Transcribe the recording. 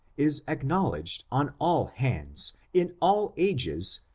is acknowledged on all hands, in all ages,